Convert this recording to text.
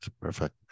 perfect